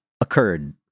occurred